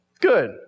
Good